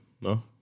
No